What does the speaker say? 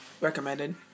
recommended